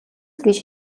гэж